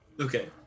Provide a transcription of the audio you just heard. okay